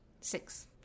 Six